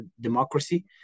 democracy